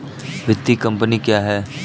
वित्तीय कम्पनी क्या है?